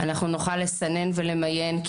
ונוכל לסנן ולמיין,